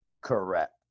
Correct